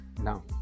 now